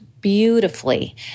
beautifully